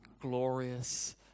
glorious